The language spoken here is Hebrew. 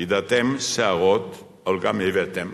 ידעתם סערות אבל גם הבאתם